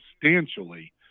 substantially